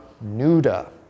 nuda